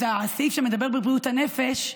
הסעיף שמדבר על בריאות הנפש,